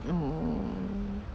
oh